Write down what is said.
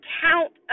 count